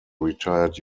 retired